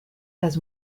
las